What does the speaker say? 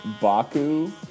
Baku